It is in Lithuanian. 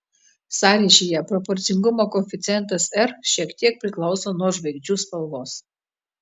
sąryšyje proporcingumo koeficientas r šiek tiek priklauso nuo žvaigždžių spalvos